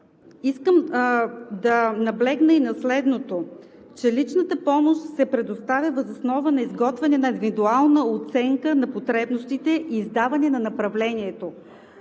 искам да наблегна и на следното – че личната помощ се предоставя въз основа на изготвяне на индивидуална оценка на потребностите и издаване на направлението.